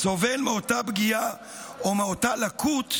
סובל מאותה פגיעה או מאותה לקות,